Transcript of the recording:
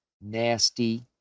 nasty